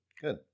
Good